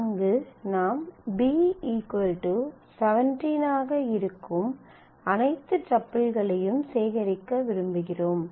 அங்கு நாம் b 17 ஆக இருக்கும் அனைத்து டப்பிள்களையும் சேகரிக்க விரும்புகிறோம்